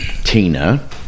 Tina